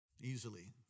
Easily